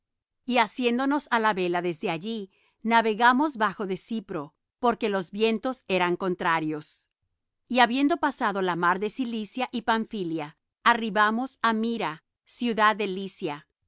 y haciéndonos á la vela desde allí navegamos bajo de cipro porque los vientos eran contrarios y habiendo pasado la mar de cilicia y pamphylia arribamos á mira ciudad